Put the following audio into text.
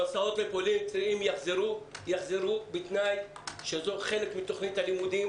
המסעות לפולין יחזרו רק בתנאי שזה חלק מתוכנית הלימודים